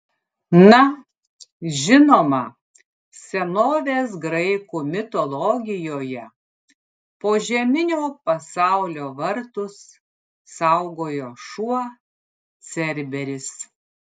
na žinoma senovės graikų mitologijoje požeminio pasaulio vartus saugojo šuo cerberis